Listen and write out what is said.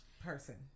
person